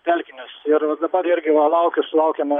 telkinius ir va dabar irgi va laukiu sulaukėm